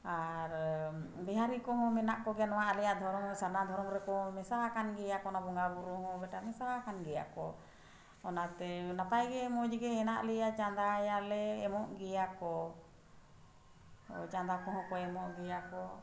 ᱟᱨ ᱵᱤᱦᱟᱨᱤ ᱠᱚᱦᱚᱸ ᱢᱮᱱᱟᱜ ᱠᱚᱜᱮᱭᱟ ᱱᱚᱣᱟ ᱟᱞᱮᱭᱟᱜ ᱫᱷᱚᱨᱚᱢ ᱥᱟᱨᱱᱟ ᱫᱷᱚᱨᱚᱢ ᱨᱮᱠᱚ ᱢᱮᱥᱟᱣᱟᱠᱟᱱ ᱜᱮᱭᱟ ᱠᱚ ᱵᱚᱸᱜᱟ ᱵᱩᱨᱩ ᱦᱚᱸ ᱢᱮᱥᱟᱣᱟᱠᱟᱱ ᱜᱮᱭᱟ ᱠᱚ ᱚᱱᱟᱛᱮ ᱱᱟᱯᱟᱭ ᱜᱮ ᱢᱚᱡᱽ ᱜᱮ ᱦᱮᱱᱟᱜ ᱞᱮᱭᱟ ᱪᱟᱸᱫᱟᱭᱟᱞᱮ ᱮᱢᱚᱜ ᱜᱮᱭᱟ ᱠᱚ ᱪᱟᱸᱫᱟ ᱠᱚᱦᱚᱸ ᱠᱚ ᱮᱢᱚᱜ ᱜᱮᱭᱟ ᱠᱚ